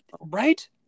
right